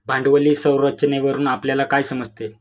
भांडवली संरचनेवरून आपल्याला काय समजते?